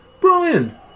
Brian